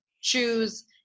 choose